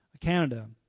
Canada